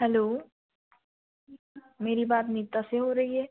hello मेरी बात नीता से हाे रही है